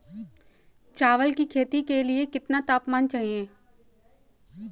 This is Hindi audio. चावल की खेती के लिए कितना तापमान चाहिए?